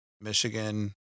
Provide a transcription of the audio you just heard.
michigan